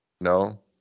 No